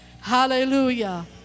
Hallelujah